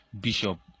bishop